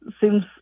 seems